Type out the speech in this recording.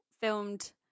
filmed